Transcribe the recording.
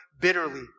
bitterly